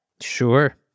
sure